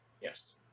Yes